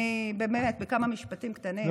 אני באמת, בכמה משפטים קטנים.